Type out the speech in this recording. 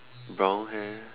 brown hair